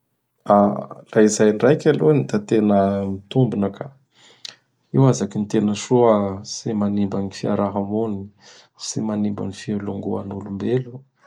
Laha izay ndraiky aloha da tena mitombona ka. Io azaky gny tena soa tsy manimba gny fiaraha-mony; tsy manimba gny filongoan'olombelo.